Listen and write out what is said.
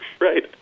right